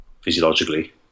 physiologically